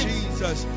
Jesus